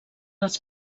els